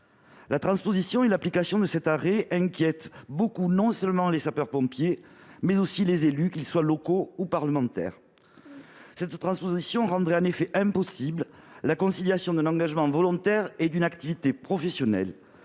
La transposition et l'application de cet arrêt inquiètent beaucoup, non seulement les sapeurs-pompiers, mais aussi les élus, qu'ils soient locaux ou nationaux. Cette transposition rendrait en effet impossible la conciliation d'un engagement volontaire et d'une activité professionnelle.